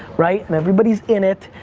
right? and everybody's in it,